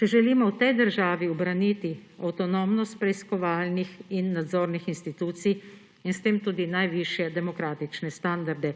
če želimo v tej državi ubraniti avtonomnost preiskovalnih in nadzornih institucij ter s tem tudi najvišje demokratične standarde.